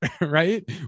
Right